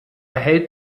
hält